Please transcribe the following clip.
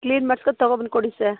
clean ಮಾಡ್ಸ್ಕೊ ತಗೋ ಬಂದು ಕೊಡಿ ಸರ್